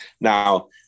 Now